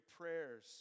prayers